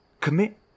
Commit